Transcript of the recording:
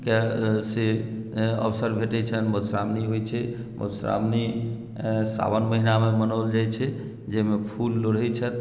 के से अवसर भेटैत छनि मधुश्रावणी होइत छै मधुश्रावणी साओन महीनामे मनाओल जाइत छै जाहिमे फूल लोढ़ैत छथि